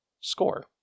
score